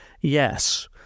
yes